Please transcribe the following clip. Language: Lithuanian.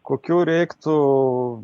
kokių reiktų